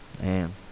Man